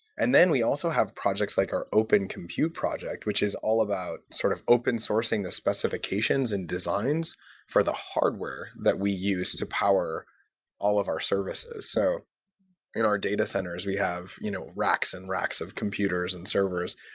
and we also have projects like our open compute project, which is all about sort of open-sourcing the specifications and designs for the hardware that we use to power all of our services. so in our data centers, we have you know racks and racks of computers and servers,